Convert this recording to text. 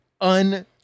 un